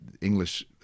English